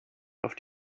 auf